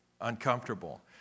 uncomfortable